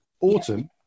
autumn